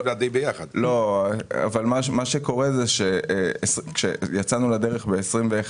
מה שקורה זה שכאשר יצאנו לדרך ב-2021,